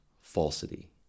falsity